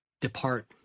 depart